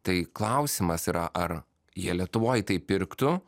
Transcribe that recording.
tai klausimas yra ar jie lietuvoj tai pirktų